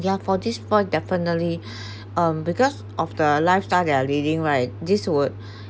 for this point definitely um because of the lifestyle they are leading right this would